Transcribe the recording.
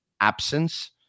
absence